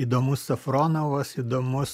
įdomus safronovas įdomus